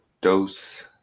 Dose